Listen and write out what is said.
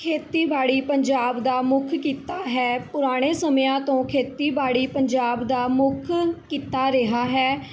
ਖੇਤੀਬਾੜੀ ਪੰਜਾਬ ਦਾ ਮੁੱਖ ਕਿੱਤਾ ਹੈ ਪੁਰਾਣੇ ਸਮਿਆਂ ਤੋਂ ਖੇਤੀਬਾੜੀ ਪੰਜਾਬ ਦਾ ਮੁੱਖ ਕਿੱਤਾ ਰਿਹਾ ਹੈ